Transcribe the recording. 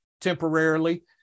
temporarily